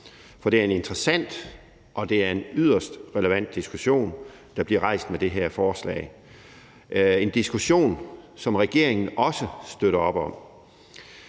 For det er en interessant og det er en yderst relevant diskussion, der bliver rejst med det her forslag. Det er en diskussion, som regeringen også støtter op om.